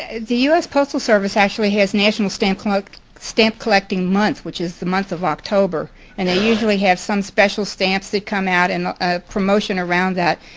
ah the u s. postal service actually has national stamp stamp collecting month which is the month of october and they usually have some special stamps that come out and a promotion around that.